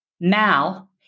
Mal